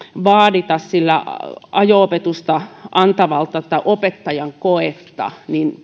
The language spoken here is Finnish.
vaadita ajo opetusta antavalta opettajan koetta